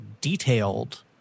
detailed